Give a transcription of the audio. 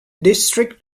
district